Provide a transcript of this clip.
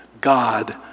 God